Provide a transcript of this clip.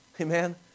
Amen